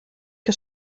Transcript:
que